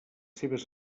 seves